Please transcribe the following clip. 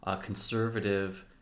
conservative